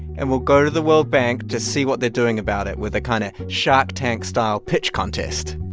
and we'll go to the world bank to see what they're doing about it with a kind of shark tank style pitch contest